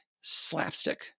slapstick